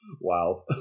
Wow